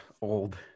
Old